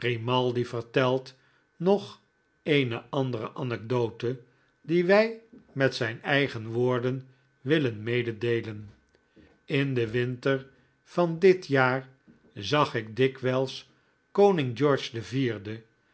grimaldi vertelt nog eene andere anekdote die wij met zijn eigen woorden willen mededeelen in den winter van dit jaar zag ik dikwijls koning george den vierden